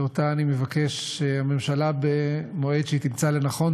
שאותה אני מבקש שהממשלה במועד שהיא תמצא לנכון,